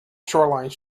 shoreline